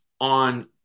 on